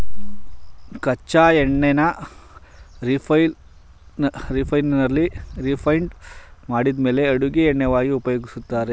ಕಚ್ಚಾ ಎಣ್ಣೆನ ರಿಫೈನರಿಯಲ್ಲಿ ರಿಫೈಂಡ್ ಮಾಡಿದ್ಮೇಲೆ ಅಡಿಗೆ ಎಣ್ಣೆಯನ್ನಾಗಿ ಉಪಯೋಗಿಸ್ತಾರೆ